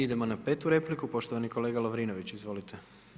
Idemo na petu repliku, poštovani kolega Lovrinović, izvolite.